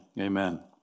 amen